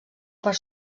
per